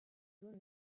zone